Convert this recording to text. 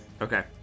Okay